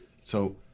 So-